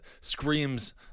screams